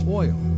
oil